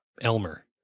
Elmer